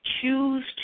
choose